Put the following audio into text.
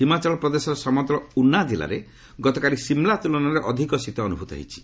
ହିମାଚଳ ପ୍ରଦେଶର ସମତଳ ଉନା ଜିଲ୍ଲାରେ ଗତକାଲି ଶିମଲା ତ୍କଳନାରେ ଅଧିକ ଶୀତ ଅନ୍ତଭ୍ତ ହୋଇଛି